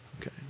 Okay